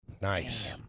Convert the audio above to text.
Nice